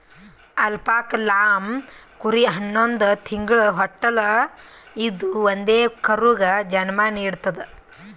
alpaca llama ಕುರಿ ಹನ್ನೊಂದ್ ತಿಂಗ್ಳ ಹೊಟ್ಟಲ್ ಇದ್ದೂ ಒಂದೇ ಕರುಗ್ ಜನ್ಮಾ ನಿಡ್ತದ್